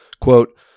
Quote